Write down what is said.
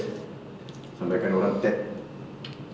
sampaikan orang tap